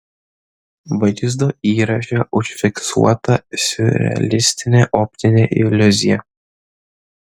vaizdo įraše užfiksuota siurrealistinė optinė iliuzija